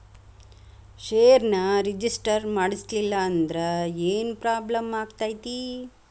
ಷೇರ್ನ ರಿಜಿಸ್ಟರ್ ಮಾಡ್ಸಿಲ್ಲಂದ್ರ ಏನ್ ಪ್ರಾಬ್ಲಮ್ ಆಗತೈತಿ